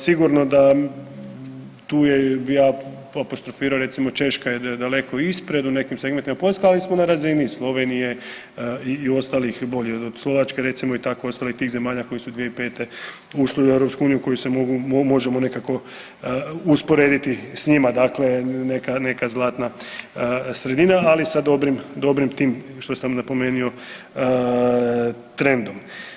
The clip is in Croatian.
Sigurno da tu je, ja bi apostrofirao recimo Češka je daleko ispred, u nekim segmentima Poljska, ali smo na razini Slovenije i ostalih boljih, od Slovačke recimo i tako ostalih tih zemalja koje se 2005. ušle u EU kojima se možemo nekako usporediti s njima, dakle neka, neka zlatna sredina, ali sa dobrim, dobrim tim, što sam napomenuo trendom.